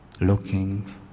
looking